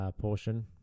portion